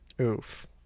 Oof